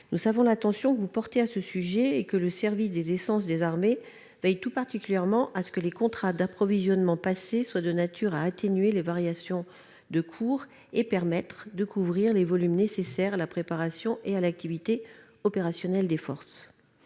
vous êtes attentive à ce sujet, madame la ministre, et que le service des essences des armées veille tout particulièrement à ce que les contrats d'approvisionnement passés permettent d'atténuer les variations de cours et de couvrir les volumes nécessaires à la préparation et à l'activité opérationnelle des forces.